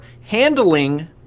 Handling